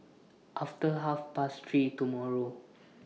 after Half Past three tomorrow